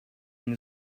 and